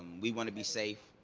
we want to be safe,